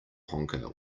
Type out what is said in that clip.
honker